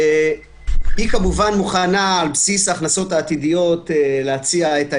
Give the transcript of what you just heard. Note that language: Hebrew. היא כמובן מוכנה על בסיס ההכנסות העתידיות להציע את ההסדר,